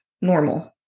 normal